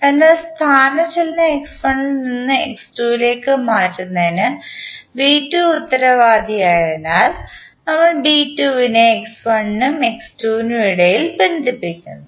അതിനാൽ സ്ഥാനചലനം x1 ൽ നിന്ന് x2 ലേക്ക് മാറ്റുന്നതിന് ബി 2 ഉത്തരവാദിയായതിനാൽ നമ്മൾ ബി 2 നെ x1 നും x2 നും ഇടയിൽ ബന്ധിപ്പിക്കുന്നു